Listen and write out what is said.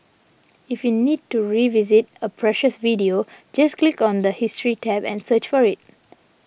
if you need to revisit a previous video just click on the history tab and search for it